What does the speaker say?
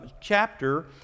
chapter